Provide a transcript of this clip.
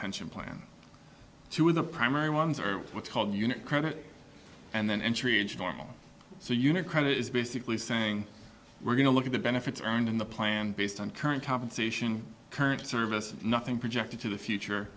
pension plan to the primary ones are what's called unit credit and then entry age normal so unit credit is basically saying we're going to look at the benefits earned in the plan based on current compensation current service and nothing projected to the future